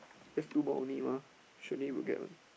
left two more only mah usually will get one